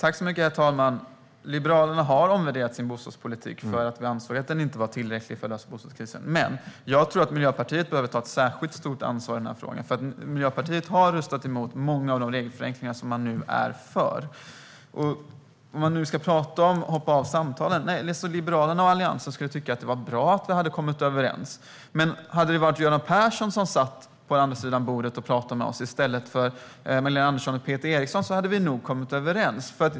Herr talman! Liberalerna har omvärderat sin bostadspolitik för att vi ansåg att den inte var tillräcklig för att lösa bostadskrisen. Men jag tror att Miljöpartiet behöver ta ett särskilt stort ansvar i den här frågan, för Miljöpartiet har röstat emot många av de regelförenklingar som man nu är för. När det gäller samtalen som vi hoppade av skulle Liberalerna och Alliansen tycka att det var bra om vi hade kommit överens, men hade det varit Göran Persson som satt på andra sidan bordet och pratade med oss i stället för Magdalena Andersson och Peter Eriksson skulle vi nog ha kommit överens.